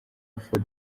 ford